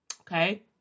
Okay